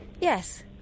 Yes